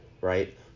Right